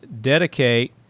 dedicate